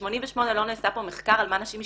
מ-88' לא נעשה פה מחקר על מה נשים משתמשות.